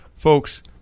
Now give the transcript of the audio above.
Folks